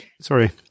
Sorry